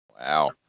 Wow